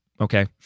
okay